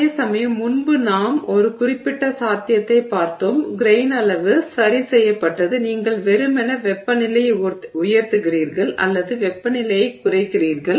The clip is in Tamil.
அதேசமயம் முன்பு நாம் ஒரு குறிப்பிட்ட சாத்தியத்தைப் பார்த்தோம் கிரெய்ன் அளவு சரி செய்யப்பட்டது நீங்கள் வெறுமனே வெப்பநிலையை உயர்த்துகிறீர்கள் அல்லது வெப்பநிலையைக் குறைக்கிறீர்கள்